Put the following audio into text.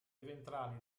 ventrali